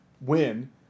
win